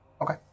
Okay